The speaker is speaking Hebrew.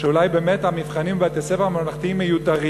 שאולי באמת המבחנים בבתי-הספר הממלכתיים מיותרים.